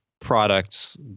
products